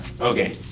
Okay